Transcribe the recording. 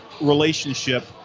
relationship